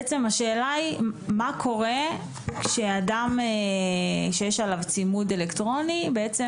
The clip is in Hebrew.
בעצם השאלה היא מה קורה כשאדם שיש עליו צימוד אלקטרוני בעצם